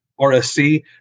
RSC